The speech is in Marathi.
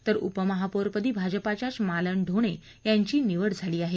तर उपमहापौरपदी भाजपाच्याच मालन ढोणे यांची निवड झाली आहे